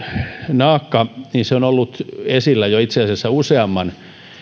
naakka on ollut esillä jo itse asiassa useamman